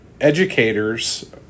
educators